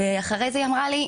ואחרי זה היא אמרה לי,